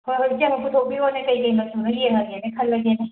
ꯍꯣꯏ ꯍꯣꯏ ꯏꯆꯦꯝꯃ ꯄꯨꯊꯣꯛꯄꯤꯔꯑꯣꯅꯦ ꯀꯩ ꯀꯩ ꯃꯆꯨꯅꯣ ꯌꯦꯡꯉꯒꯦꯅꯦ ꯈꯜꯂꯒꯦꯅꯦ